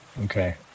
Okay